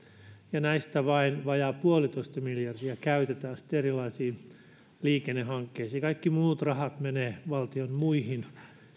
ja näistä vain vajaa puolitoista miljardia käytetään sitten erilaisiin liikennehankkeisiin kaikki muut rahat menevät valtion muihin